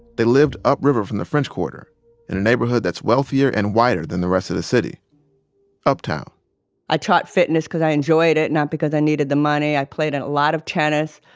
they lived upriver from the french quarter in a neighborhood that's wealthier and whiter than the rest of the city uptown i taught fitness because i enjoyed it, not because i needed the money. i played and a lot of tennis.